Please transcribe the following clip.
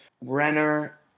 Renner